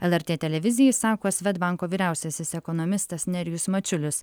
lrt televizijai sako svedbanko vyriausiasis ekonomistas nerijus mačiulis